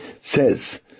says